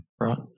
right